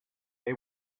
they